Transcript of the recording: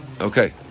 Okay